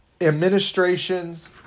administrations